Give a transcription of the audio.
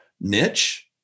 niche